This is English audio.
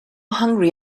hungry